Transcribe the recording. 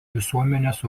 visuomenės